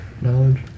knowledge